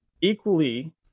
equally